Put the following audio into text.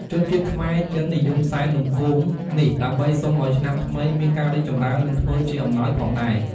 ជនជាតិខ្មែរ-ចិននិយមសែននំគមនេះ ដើម្បីសុំឱ្យឆ្នាំថ្មីមានការរីកចម្រើននិងធ្វើជាអំណោយផងដែរ។